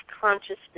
consciousness